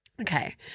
Okay